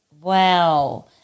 Wow